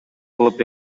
кылып